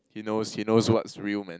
he knows he knows what's real man